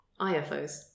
IFOs